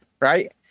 right